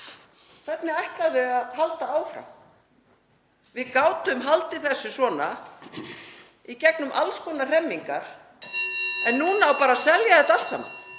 Hvernig ætla þau að halda áfram? Við gátum haldið þessu svona í gegnum alls konar hremmingar en núna á bara að selja þetta allt saman.